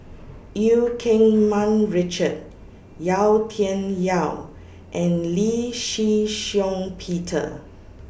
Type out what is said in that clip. EU Keng Mun Richard Yau Tian Yau and Lee Shih Shiong Peter